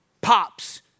pops